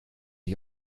ich